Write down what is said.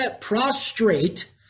Prostrate